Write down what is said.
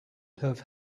have